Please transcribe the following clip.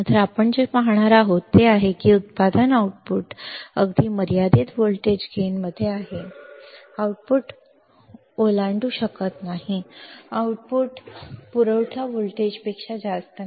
तर आपण जे पाहणार आहोत ते हे आहे की हे उत्पादन आउटपुट अगदी मर्यादित व्होल्टेज गेनमध्ये आहे आउटपुट ओलांडू शकत नाही आउटपुट पुरवठा व्होल्टेजपेक्षा जास्त नाही